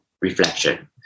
Reflection